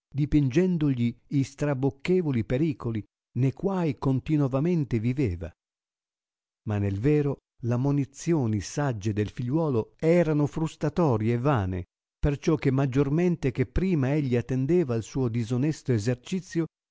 sceleragini dipingendogli i strabocchevoli pericoli ne quai continovamente viveva ma nel vero la munizioni sagge del figliuolo erano frustatorie e vane perciò che maggiormente che prima egli attendeva al suo disonesto essercizio